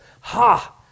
ha